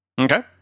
Okay